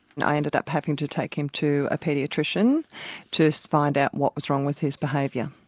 and i ended up having to take him to a paediatrician to find out what was wrong with his behaviour.